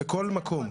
בכל מקום.